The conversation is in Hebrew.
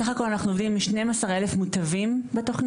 סך הכל אנחנו עובדים עם 12,000 מוטבים בתוכנית,